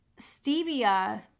Stevia